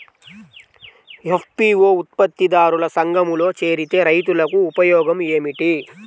FPO ఉత్పత్తి దారుల సంఘములో చేరితే రైతులకు ఉపయోగము ఏమిటి?